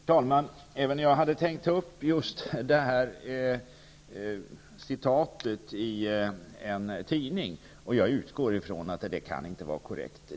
Herr talman! Även jag hade tänkt ta upp just det citatet från en tidning. Jag utgår från att det inte kan vara korrekt.